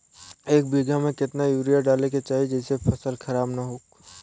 एक बीघा में केतना यूरिया डाले के चाहि जेसे फसल खराब ना होख?